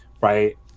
right